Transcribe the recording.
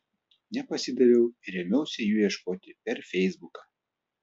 nepasidaviau ir ėmiausi jų ieškoti per feisbuką